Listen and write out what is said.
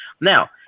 Now